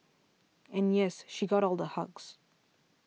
and yes she got all the hugs